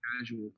casual